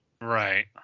right